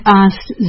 asked